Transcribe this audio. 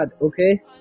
Okay